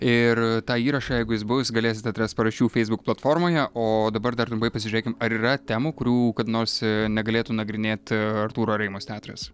ir tą įrašą jeigu jis bus galėsit atrast paraščių feisbuk platformoje o dabar dar trumpai pasižiūrėkim ar yra temų kurių kada nors negalėtų nagrinėt artūro areimos teatras